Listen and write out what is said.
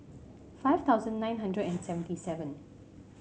five thousand nine hundred and seventy seven